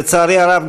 לצערי הרב,